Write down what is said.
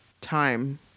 time